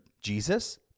Jesus